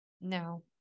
No